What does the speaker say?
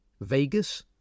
Vegas